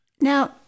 Now